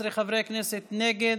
14 חברי כנסת נגד,